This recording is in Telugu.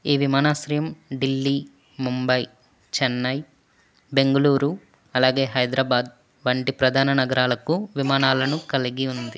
ఈ విమానాశ్రయం ఢిల్లీ ముంబై చెన్నై బెంగళూరు అలాగే హైదరాబాద్ వంటి ప్రధాన నగరాలకు విమానాలను కలిగి ఉంది